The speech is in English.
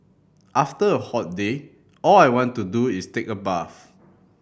after a hot day all I want to do is take a bath